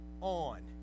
on